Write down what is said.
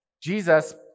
Jesus